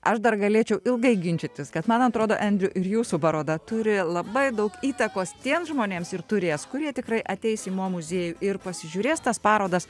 aš dar galėčiau ilgai ginčytis kad man atrodo andrew ir jūsų paroda turi labai daug įtakos tiems žmonėms ir turės kurie tikrai ateis į mo muziejų ir pasižiūrės tas parodas